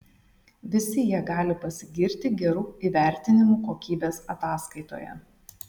visi jie gali pasigirti geru įvertinimu kokybės ataskaitoje